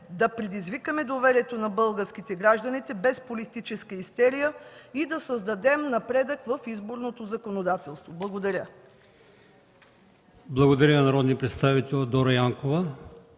да предизвикаме доверието на българските граждани, без политическа истерия и да създадем напредък в изборното законодателство. Благодаря. ПРЕДСЕДАТЕЛ АЛИОСМАН ИМАМОВ: Благодаря на народния представител Дора Янкова.